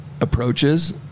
approaches